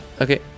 Okay